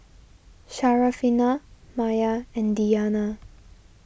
Syarafina Maya and Diyana